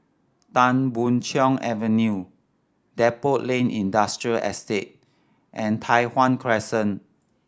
Tan Boon Chong Avenue Depot Lane Industrial Estate and Tai Hwan Crescent